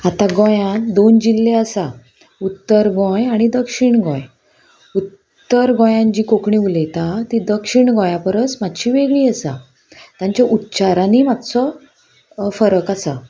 आतां गोंयान दोन जिल्ले आसा उत्तर गोंय आनी दक्षिण गोंय उत्तर गोंयान जी कोंकणी उलयता ती दक्षिण गोंया परस मात्शी वेगळी आसा तांच्या उच्चारांनी मातसो फरक आसा